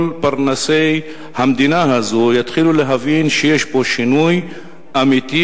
פרנסי המדינה הזאת יתחילו להבין שיש פה שינוי אמיתי,